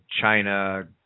China